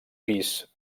pis